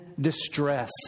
distress